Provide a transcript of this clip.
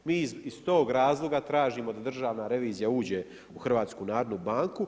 Mi iz toga razloga tražimo da Državna revizija uđe u HNB.